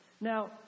Now